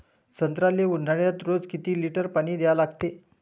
संत्र्याले ऊन्हाळ्यात रोज किती लीटर पानी द्या लागते?